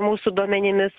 mūsų duomenimis